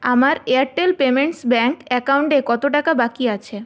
আমার Airtel payments bank অ্যাকাউন্টে কত টাকা বাকি আছে